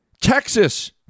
Texas